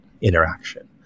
interaction